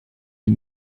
les